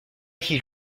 qu’il